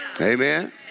Amen